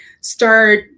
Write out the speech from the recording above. start